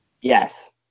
Yes